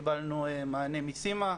קיבלנו מענה מסימה,